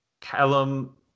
Callum